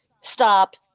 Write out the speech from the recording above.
stop